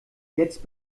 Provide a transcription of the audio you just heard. jetzt